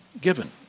given